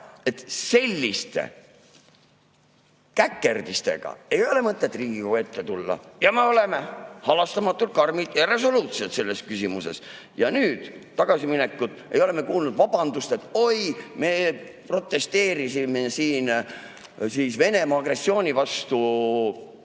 selliste käkerdistega ei ole mõtet Riigikogu ette tulla. Aga me oleme halastamatud, karmid ja resoluutsed selles küsimuses. Ja nüüd tagasiminekut ... Ei ole me kuulnud vabandust, et oi, me protesteerisime siin Venemaa agressiooni vastu